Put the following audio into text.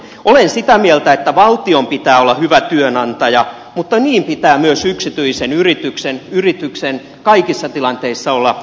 olen sitä mieltä että valtion pitää olla hyvä työnantaja mutta niin pitää myös yksityisen yrityksen kaikissa tilanteissa olla